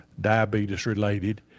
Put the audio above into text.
diabetes-related